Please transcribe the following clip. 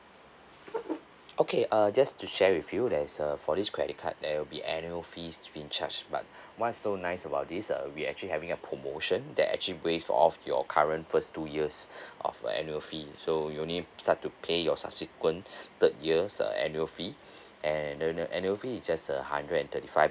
okay uh just to share with you there's a for this credit card there will be annual fees to be in charge but one so nice about this uh we actually having a promotion that actually waive off your current first two years of uh annual fee so you only start to pay your subsequent third years uh annual fee and the the annual fee is just a hundred and thirty five